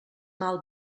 mal